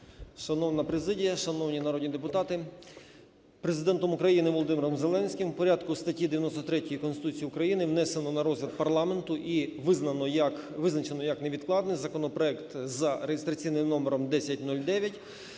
Шановна президія, шановні народні депутати! Президентом України Володимиром Зеленським в порядку статті 93 Конституції України внесено на розгляд парламенту і визначено, як невідкладний законопроект за реєстраційним номером 1009